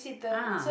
ah